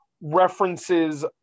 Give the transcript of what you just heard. references